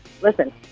listen